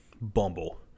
Bumble